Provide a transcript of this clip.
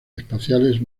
espaciales